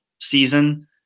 season